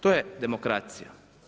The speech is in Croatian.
To je demokracija.